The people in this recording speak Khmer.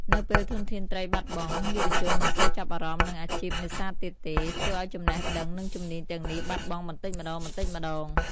នៅពេលធនធានត្រីបាត់បង់ យុវជនមិនសូវចាប់អារម្មណ៍នឹងអាជីពនេសាទទៀតទេ ធ្វើឱ្យចំណេះដឹង និងជំនាញទាំងនេះបាត់បង់បន្តិចម្តងៗ។